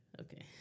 Okay